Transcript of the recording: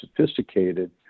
sophisticated